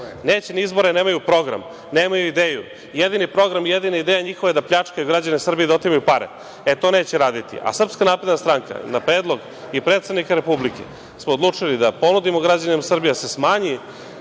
Neće na izbore, jer nemaju program, nemaju ideju, jedini program i jedina ideja njihova je da pljačkaju građane Srbije i da otimaju pare.E, to neće raditi, a SNS i na predlog predsednika republike, smo odlučili da ponudimo građanima Srbije, da se smanji